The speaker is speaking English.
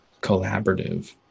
collaborative